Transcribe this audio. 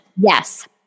Yes